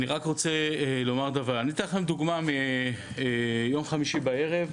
אני אתן לכם דוגמה מיום חמישי בערב,